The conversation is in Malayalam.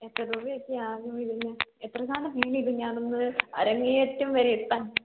എത്ര രൂപ ഒക്കെ ആകും ഇതിന് എത്ര നാൾ നീണ്ടുനിൽക്കും ഞാനൊന്ന് അരങ്ങേറ്റം വരെ എത്താൻ